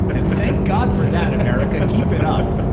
and thank god for that, america. keep it up.